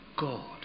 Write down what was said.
God